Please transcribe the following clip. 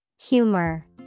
Humor